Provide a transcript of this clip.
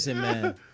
man